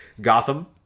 gotham